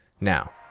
now